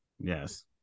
Yes